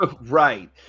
right